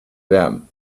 them